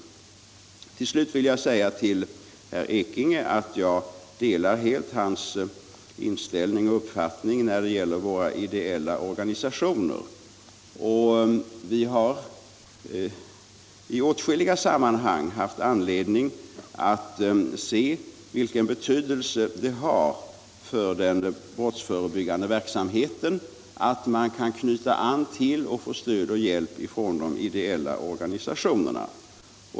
Till slut vill jag säga till herr Ekinge att jag delar hans uppfattning när det gäller våra ideella organisationer. Vi har i åtskilliga sammanhang haft tillfälle att se vilken betydelse det har för den brottsförebyggande verksamheten att man kan knyta an till och få stöd och hjälp från de ideella organisationerna.